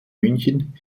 münchen